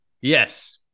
yes